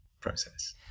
process